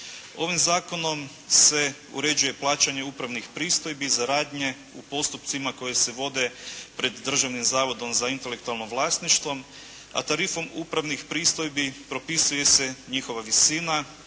Ovim zakonom se uređuje plaćanje upravnih pristojbi za radnje u postupcima koji se vode pred Državnim zavodom za intelektualno vlasništvo a tarifom upravnih pristojbi propisuje se njihova visina,